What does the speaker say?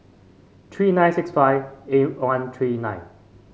three nine six five eight one three nine